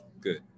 Good